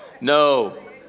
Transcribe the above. No